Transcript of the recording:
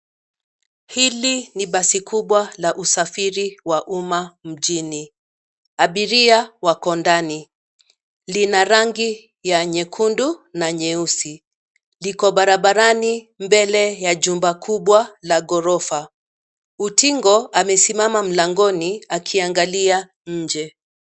Hili ni basi kubwa la usafiri wa umma mjini. Abiria wako ndani. Lina rangi ya nyekundu na nyeusi. Liko barabarani, mbele ya jumba kubwa la ghorofa. Utingo amesimama mlangoni akiangalia nje.